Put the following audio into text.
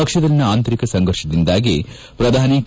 ಪಕ್ಷದಲ್ಲಿನ ಆಂತರಿಕ ಸಂಘರ್ಷದಿಂದಾಗಿ ಪ್ರಧಾನಿ ಕೆ